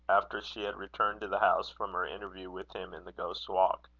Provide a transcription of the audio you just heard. after she had returned to the house from her interview with him in the ghost's walk.